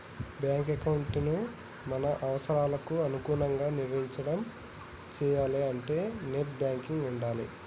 bank ఎకౌంటుని మన అవసరాలకి అనుగుణంగా నిర్వహించడం చెయ్యాలే అంటే నెట్ బ్యాంకింగ్ ఉండాలే